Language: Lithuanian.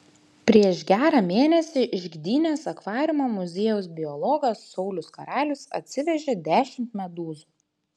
prieš gerą mėnesį iš gdynės akvariumo muziejaus biologas saulius karalius atsivežė dešimt medūzų